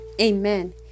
amen